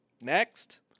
Next